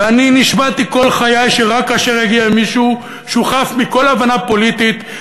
ואני נשבעתי כל חיי שרק כאשר יגיע מישהו שהוא חף מכל הבנה פוליטית,